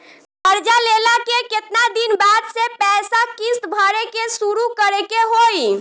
कर्जा लेला के केतना दिन बाद से पैसा किश्त भरे के शुरू करे के होई?